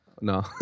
No